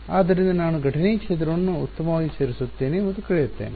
ಆದ್ದರಿಂದ ನಾನು ಘಟನೆ ಕ್ಷೇತ್ರವನ್ನು ಉತ್ತಮವಾಗಿ ಸೇರಿಸುತ್ತೇನೆ ಮತ್ತು ಕಳೆಯುತ್ತೇನೆ